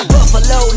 Buffalo